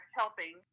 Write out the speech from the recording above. helping